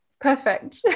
Perfect